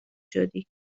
شدی